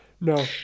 No